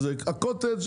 הקוטג',